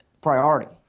priority